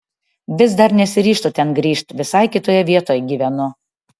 vis dar nesiryžtu ten grįžt visai kitoje vietoj gyvenu